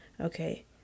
okay